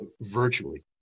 virtually